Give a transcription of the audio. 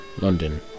London